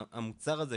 המוצר הזה,